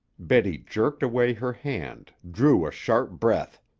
betty jerked away her hand, drew a sharp breath.